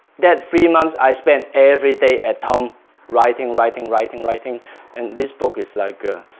that three months i spent every day at home writing writing writing writing and this book is like